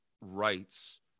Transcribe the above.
rights